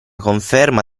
conferma